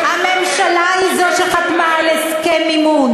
הממשלה היא זו שחתמה על הסכם מימון.